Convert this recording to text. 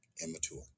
Immature